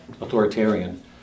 authoritarian